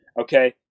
Okay